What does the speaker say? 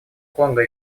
конго